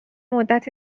مدت